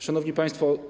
Szanowni Państwo!